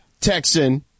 Texan